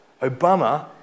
Obama